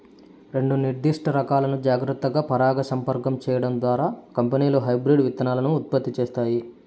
రెండు నిర్దిష్ట రకాలను జాగ్రత్తగా పరాగసంపర్కం చేయడం ద్వారా కంపెనీలు హైబ్రిడ్ విత్తనాలను ఉత్పత్తి చేస్తాయి